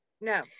no